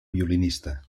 violinista